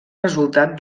resultat